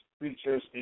features